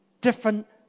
Different